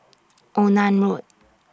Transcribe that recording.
Onan Road